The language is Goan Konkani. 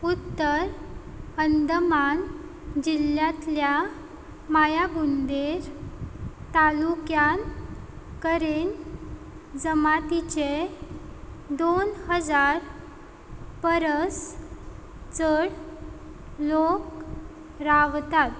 उत्तर अंदमान जिल्ल्यांतल्या मायाबुंदेर तालुक्यान करेन जमातीचे दोन हजार परस चड लोक रावतात